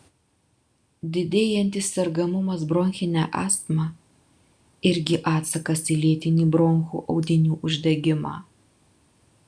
didėjantis sergamumas bronchine astma irgi atsakas į lėtinį bronchų audinių uždegimą